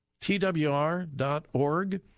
TWR.org